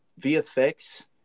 VFX